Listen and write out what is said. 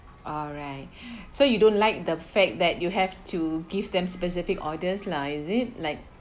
alright so you don't like the fact that you have to give them specific orders lah is it like